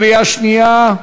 קריאה שנייה.